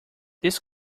this